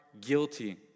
guilty